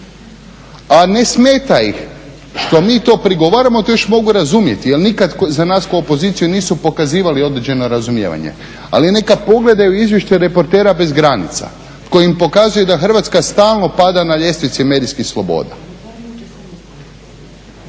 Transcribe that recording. A ne smeta ih što mi to prigovaramo, to još mogu razumjeti jer nikad za nas kao opoziciju nisu pokazivali određeno razumijevanje, ali neka pogledaju izvještaj "Reportera bez granica" koji im pokazuje da Hrvatska stalno pada na ljestvici medijskih sloboda.